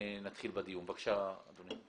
ונתחיל בדיון, בבקשה, אדוני.